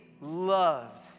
loves